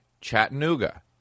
Chattanooga